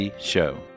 show